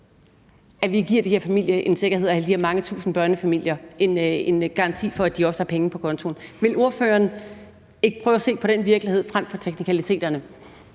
at vi giver de her familier en sikkerhed og alle de her mange tusind børnefamilier en garanti for, at de har penge på kontoen. Vil ordføreren ikke prøve at se på den virkelighed frem for teknikaliteterne?